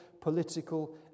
political